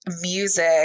music